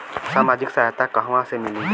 सामाजिक सहायता कहवा से मिली?